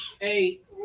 eight